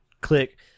Click